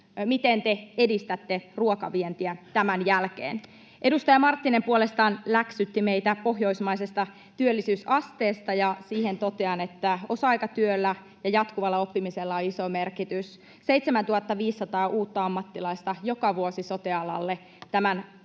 miten te edistätte ruokavientiä tämän jälkeen? Edustaja Marttinen puolestaan läksytti meitä pohjoismaisesta työllisyysasteesta. Siihen totean, että osa-aikatyöllä ja jatkuvalla oppimisella on iso merkitys — 7 500 uutta ammattilaista joka vuosi sote-alalle tämän